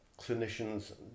clinicians